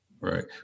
Right